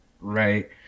Right